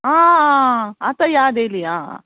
आं आतां याद येयली आं